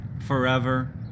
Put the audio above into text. forever